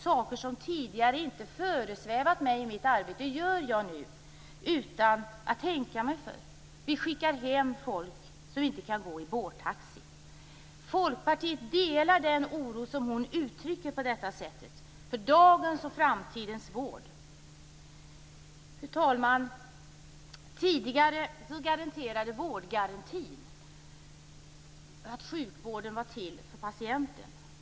Saker som tidigare inte föresvävat mig i mitt arbete gör jag nu utan att tänka mig för. Vi skickar hem folk som inte kan gå med bårtaxi. Folkpartiet delar den oro som Johanna på detta sätt uttrycker för dagens och framtidens vård. Fru talman! Tidigare garanterade vårdgarantin att sjukvården var till för patienten.